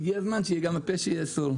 הגיע הזמן שהיא גם הפה שיאסור.